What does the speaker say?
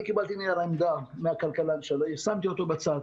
אני קיבלתי נייר עמדה מהכלכלן שלי ושמתי אותו בצד.